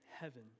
heaven